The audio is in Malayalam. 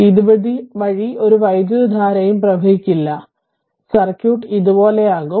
ഇത് വഴി ഒരു വൈദ്യുതധാരയും പ്രവഹിക്കില്ല അതിനാൽ സർക്യൂട്ട് ഇതുപോലെയാകും